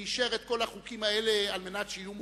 שאישר את כל החוקים האלה על מנת שיהיו מוגשים.